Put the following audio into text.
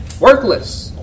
workless